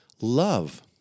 love